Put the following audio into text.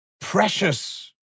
precious